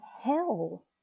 hell